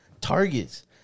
targets